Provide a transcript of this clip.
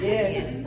Yes